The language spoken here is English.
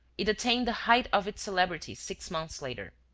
it attained the height of its celebrity six months later.